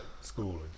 school